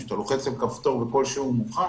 שאתה לוחץ על כפתור וכל שיעור מוכן.